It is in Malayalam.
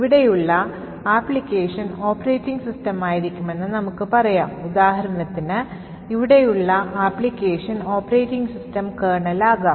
ഇവിടെയുള്ള ആപ്ലിക്കേഷൻ ഓപ്പറേറ്റിംഗ് സിസ്റ്റമായിരിക്കുമെന്ന് നമുക്ക് പറയാം ഉദാഹരണത്തിന് ഇവിടെയുള്ള ആപ്ലിക്കേഷൻ ഓപ്പറേറ്റിംഗ് സിസ്റ്റം കേർണൽ ആകാം